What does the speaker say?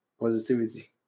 Positivity